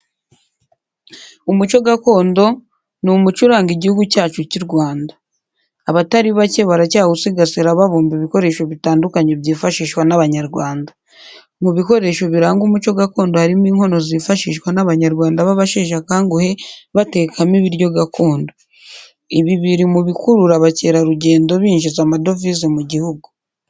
Umuco gakondo ni umuco uranga igihugu cyacu cy'u Rwanda. Abatari bake baracyawusigasira babumba ibikoresho bitandukanye byifashishwa n'abanyarwanda. Mu bikoresho biranga umuco gakondo harimo inkono zifashishwa n'abanyarwanda b'abasheshakanguhe batekamo ibiryo gakondo. Ibi biri mu bikurura abakerarugendo binjiza amadovize mu gihugu.